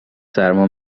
سرما